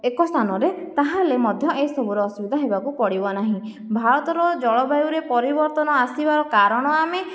ଏକ ସ୍ଥାନରେ ତାହା ହେଲେ ମଧ୍ୟ ଏସବୁର ଅସୁବିଧା ହେବାକୁ ପଡ଼ିବନାହିଁ ଭାରତର ଜଳବାୟୁରେ ପରିବର୍ତ୍ତନ ଆସିବାର କାରଣ ଆମେ